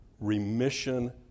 remission